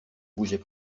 bougeait